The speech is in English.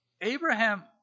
Abraham